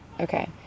Okay